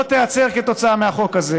לא תיעצר כתוצאה מהחוק הזה.